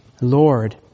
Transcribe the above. Lord